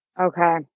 Okay